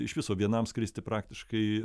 iš viso vienam skristi praktiškai